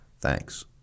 thanks